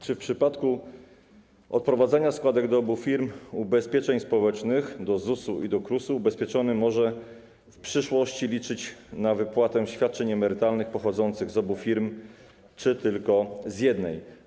Czy w przypadku odprowadzania składek do obu firm ubezpieczeń społecznych, do ZUS-u i do KRUS-u, ubezpieczony może w przyszłości liczyć na wypłatę świadczeń emerytalnych pochodzących z obu firm czy tylko z jednej?